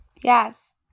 yes